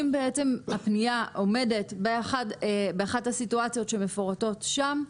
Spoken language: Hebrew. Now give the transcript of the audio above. אם בעצם הפנייה עומדת באחת הסיטואציות שמפורטות שם,